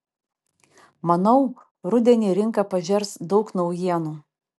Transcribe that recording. manau rudenį rinka pažers daug naujienų